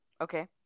Okay